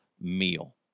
meal